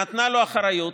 נתנה לו אחריות,